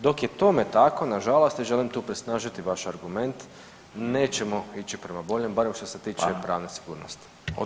Dok je tome tako, nažalost i želim tu presnažiti vaš argument, nećemo ići prema boljem, barem što se tiče pravne sigurnosti.